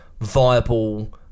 viable